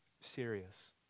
serious